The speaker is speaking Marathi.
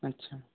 अच्छा